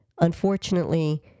Unfortunately